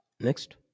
Next